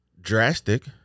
drastic